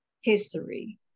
history